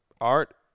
Art